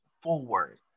forward